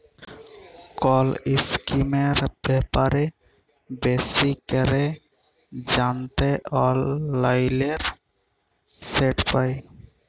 call ইসকিমের ব্যাপারে বেশি ক্যরে জ্যানতে অললাইলে সেট পায়